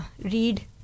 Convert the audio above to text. Read